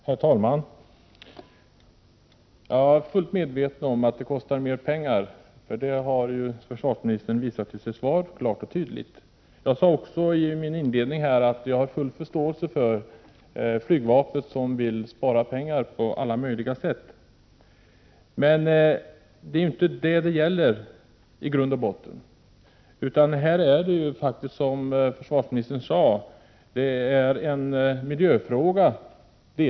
Herr talman! Jag är fullt medveten om att det kostar mer pengar. Det har försvarsministern klart och tydligt visat i sitt svar. I mitt anförande sade jag att jag har full förståelse för att flygvapnet vill spara pengar på alla möjliga sätt. Men i grund och botten är det inte detta det hela gäller. Som försvarsministern sade är detta delvis en miljöfråga.